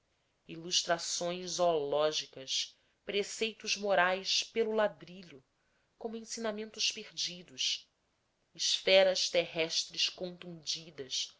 ilustrações zoológicas preceitos morais pelo ladrilho como ensinamentos perdidos esferas terrestres contundidas